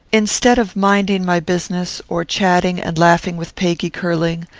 instead of minding my business, or chatting and laughing with peggy curling,